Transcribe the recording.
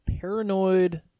paranoid